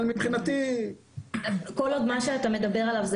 אבל מבחינתי --- עוד מה שאתה מדבר עליו זה